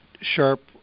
Sharp